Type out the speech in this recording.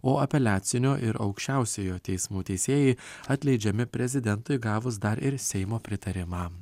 o apeliacinio ir aukščiausiojo teismo teisėjai atleidžiami prezidentui gavus dar ir seimo pritarimą